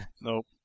Nope